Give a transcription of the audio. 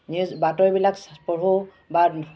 news বাতৰিবিলাক পঢ়োঁ বা